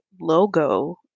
logo